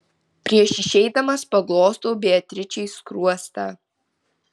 prieš išeidamas paglostau beatričei skruostą